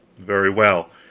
very well,